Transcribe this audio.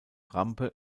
rampe